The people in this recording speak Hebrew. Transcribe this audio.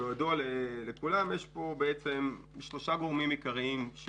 כידוע לכול יש פה שלושה גורמים עיקרים,